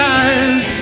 eyes